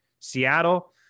Seattle